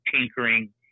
tinkering